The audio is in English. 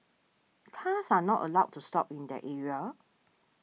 cars are not allowed to stop in that area